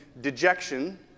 dejection